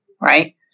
right